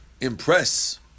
impress